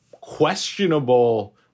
questionable